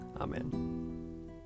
Amen